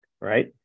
right